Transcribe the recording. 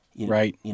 Right